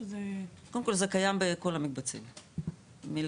קודם כל, זה קיים בכל המקבצים מלכתחילה.